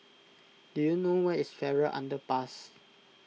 do you know where is Farrer Underpass